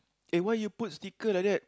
eh why you put sticker like that